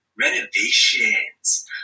renovations